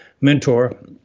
mentor